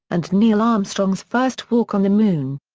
and neil armstrong's first walk on the moon.